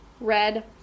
Red